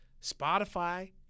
Spotify